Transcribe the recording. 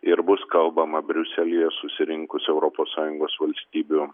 ir bus kalbama briuselyje susirinkus europos sąjungos valstybių